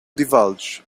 divulge